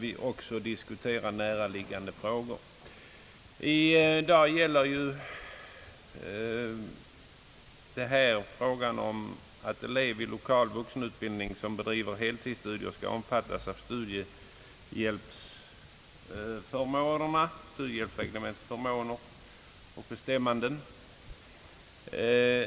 I dag gäller det om elev vid lokal vuxenutbildning, som bedriver heltidsstudier, skall omfattas av studiehjälpsreglementets förmåner och bestämmelser.